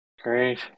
Great